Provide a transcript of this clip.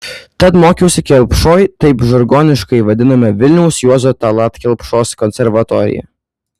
tad mokiausi kelpšoj taip žargoniškai vadinome vilniaus juozo tallat kelpšos konservatoriją